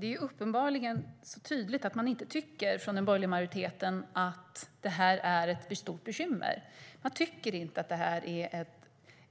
Herr talman! Det är tydligt att man från den borgerliga majoriteten inte tycker att detta är ett stort bekymmer. Man tycker inte att det är